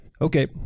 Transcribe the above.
Okay